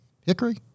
Hickory